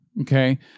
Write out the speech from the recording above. Okay